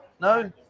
No